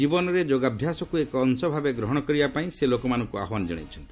ଜୀବନରେ ଯୋଗାଭ୍ୟାସକ୍ତ ଏକ ଅଂଶଭାବେ ଗ୍ରହଣ କରିବାକୁ ସେ ଲୋକମାନଙ୍କୁ ଆହ୍ୱାନ ଜଣାଇଛନ୍ତି